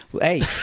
Hey